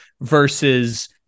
versus